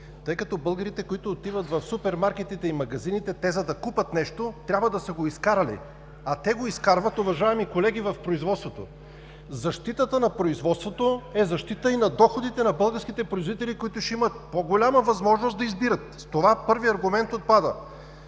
тъй като българите, които отиват в супермаркетите и магазините, за да купят нещо, трябва те да са го изкарали, а те го изкарват, уважаеми колеги, в производството. Защитата на производството е защита и на доходите на българските производители, които ще имат по-голяма възможност да избират. С това първият аргумент отпада.